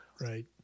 Right